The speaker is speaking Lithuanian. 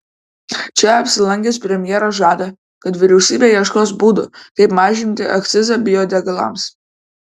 čia apsilankęs premjeras žada kad vyriausybė ieškos būdų kaip mažinti akcizą biodegalams